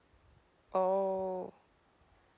oh